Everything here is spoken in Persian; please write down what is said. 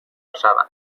شوم